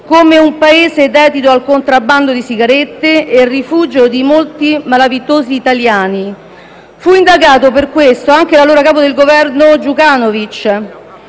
come un Paese dedito al contrabbando di sigarette e rifugio di molti malavitosi italiani. Fu indagato per questo anche l'allora capo del Governo, Djukanovic